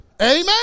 amen